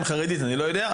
אני לא יודע,